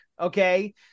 okay